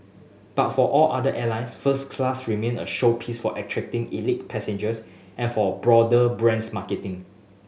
but for all other airlines first class remain a showpiece for attracting elite passengers and for a broader brands marketing